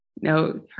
no